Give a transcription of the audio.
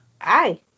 Hi